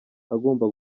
agomba